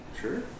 Sure